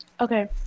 Okay